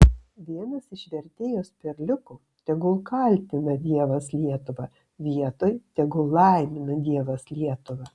vienas iš vertėjos perliukų tegul kaltina dievas lietuvą vietoj tegul laimina dievas lietuvą